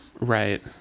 right